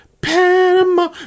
panama